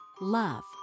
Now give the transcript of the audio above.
love